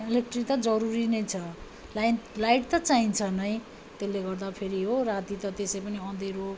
इलेक्ट्री त जरुरी नै छ लाइन लाइट त चाहिन्छ नै त्यसले गर्दा फेरि हो राति त त्यसै पनि अँध्यारो